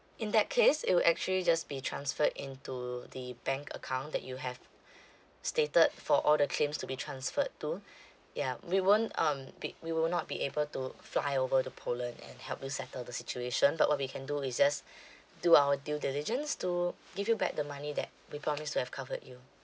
in that case it would actually just be transferred into the bank account that you have stated for all the claims to be transferred to yeah we won't um be we will not be able to fly over to poland and help you settle the situation but what we can do to just do our due diligence to give you back the money that we promise to have covered you